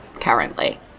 currently